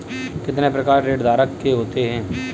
कितने प्रकार ऋणधारक के होते हैं?